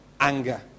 anger